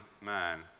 man